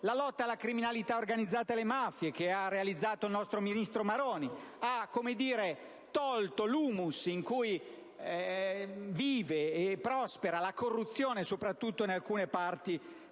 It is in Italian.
lotta alla criminalità organizzata e alle mafie che ha realizzato il nostro ministro Maroni, che ha eliminato l'*humus* in cui vive e prospera la corruzione, soprattutto in alcune parti